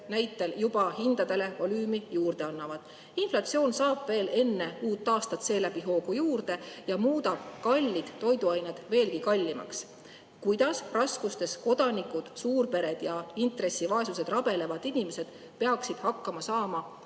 näitel juba hindadele volüümi juurde annavad. Inflatsioon saab veel enne uut aastat seeläbi hoogu juurde ja muudab kallid toiduained veelgi kallimaks. Kuidas raskustes kodanikud, suurpered ja intressivaesuses rabelevad inimesed peaksid hakkama saama,